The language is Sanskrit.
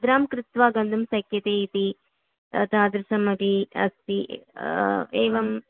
निद्रां कृत्वा गन्तुं शक्यते इति तादृशम् अपि अस्ति एवं